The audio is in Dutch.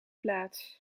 plaats